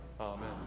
Amen